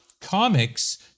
comics